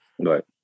right